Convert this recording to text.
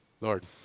Lord